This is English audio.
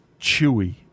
chewy